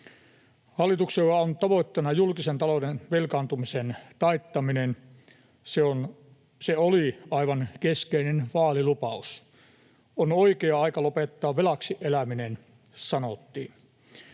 Hallituksella on tavoitteena julkisen talouden velkaantumisen taittaminen. Se oli aivan keskeinen vaalilupaus. On oikea aika lopettaa velaksi eläminen, sanottiin.